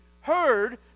heard